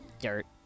dirt